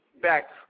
back